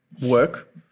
work